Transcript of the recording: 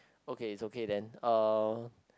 okay it's okay then uh